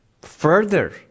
Further